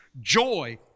joy